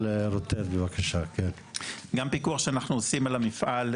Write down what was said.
גם פיקוח שאנחנו עושים על המפעל,